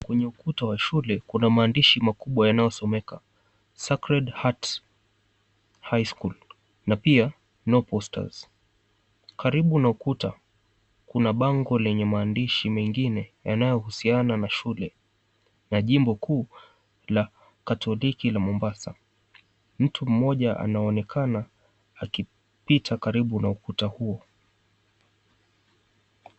Kwenye ukuta wa shule kuna mahandishi makubwa yanayosomeka Sacred Heart Highschool na pia No Posters. Karibu na ukuta kuna bango lenye maandishi mengine yanayohusiana na shule na jimbo kuu la katholiki la Mombasa. Mtu mmoja anaonekana akipita karibu na ukuta huo.